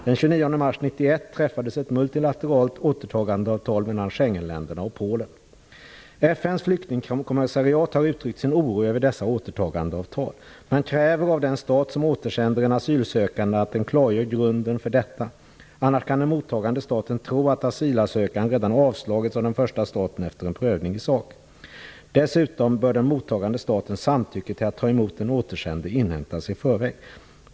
Den 29 mars 1991 träffades ett multilateralt återtagandeavtal mellan Schengenländerna och Polen. FN:s flyktingkommissariat har uttryckt sin oro över dessa återtagandeavtal. Man kräver av den stat som återsänder en asylsökande att den klargör grunden för detta. I annat fall kan den mottagande staten tro att asylansökan redan avslagits av den första staten efter en prövning i sak. Dessutom bör den mottagande statens samtycke till att ta emot den återsände inhämtas i förväg.